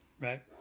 Right